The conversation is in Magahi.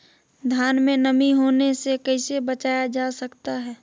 धान में नमी होने से कैसे बचाया जा सकता है?